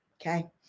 Okay